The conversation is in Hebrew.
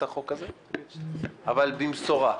אבל במשורה.